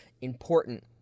important